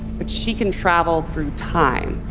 but she can travel through time.